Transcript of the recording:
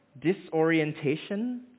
disorientation